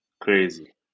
crazy